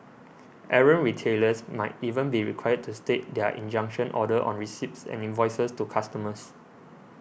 errant retailers might even be required to state their injunction order on receipts and invoices to customers